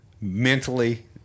mentally